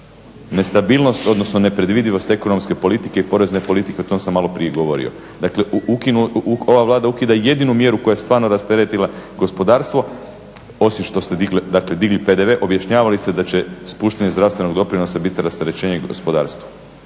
Nestabilnost, odnosno nepredvidivost ekonomske politike i porezne politike, o tom sam maloprije govorio. Dakle, ova Vlada ukida jedinu mjeru koja je stvarno rasteretila gospodarstvo, osim što ste dakle digli PDV, objašnjavali ste da će spuštanje zdravstvenog doprinosa biti rasterećenje gospodarstvu